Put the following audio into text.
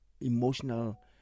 emotional